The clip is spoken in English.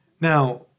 Now